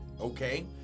okay